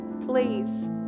please